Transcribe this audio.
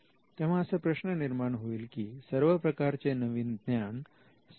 तेव्हा असा प्रश्न निर्माण होईल की सर्व प्रकारचे नवीन ज्ञान संरक्षित केले जाऊ शकते काय